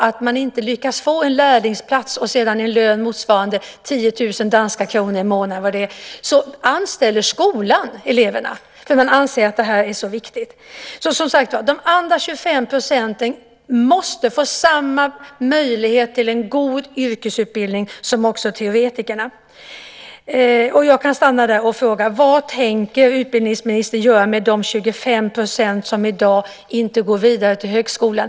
Om man inte lyckas få en lärlingsplats och en lön motsvarande 10 000 danska kronor i månaden anställer skolan eleverna eftersom man anser att detta är så viktigt. De andra 25 procenten måste få samma möjlighet till en god yrkesutbildning som teoretikerna. Jag frågar: Vad tänker utbildningsministern göra med de 25 % som i dag inte går vidare till högskolan?